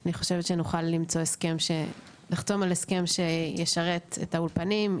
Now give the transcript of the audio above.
ואני חושבת שנוכל לחתום על הסכם שישרת את האולפנים,